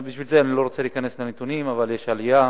לכן אני לא רוצה להיכנס לנתונים, אבל יש עלייה.